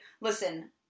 Listen